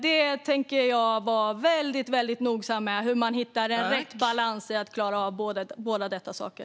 Jag tänker vara mycket noga med hur man hittar en rätt balans i att klara av båda dessa saker.